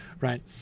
Right